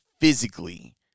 physically